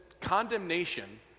condemnation